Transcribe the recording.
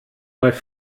bei